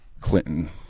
Clinton